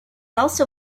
also